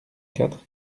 quatre